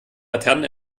laternen